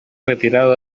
retirado